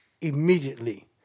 immediately